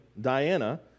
Diana